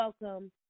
welcome